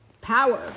power